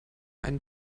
einen